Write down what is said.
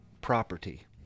property